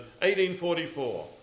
1844